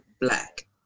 black